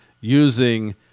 using